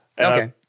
Okay